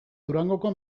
durangoko